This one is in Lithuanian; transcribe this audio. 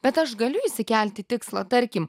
bet aš galiu išsikelti tikslą tarkim